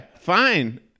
fine